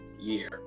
year